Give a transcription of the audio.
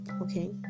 okay